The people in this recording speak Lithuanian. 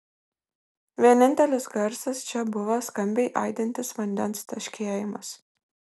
vienintelis garsas čia buvo skambiai aidintis vandens teškėjimas